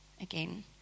again